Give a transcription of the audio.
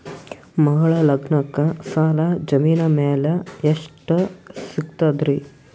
ಮಗಳ ಲಗ್ನಕ್ಕ ಸಾಲ ಜಮೀನ ಮ್ಯಾಲ ಎಷ್ಟ ಸಿಗ್ತದ್ರಿ?